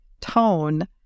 tone